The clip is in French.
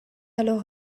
alors